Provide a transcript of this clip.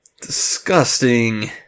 Disgusting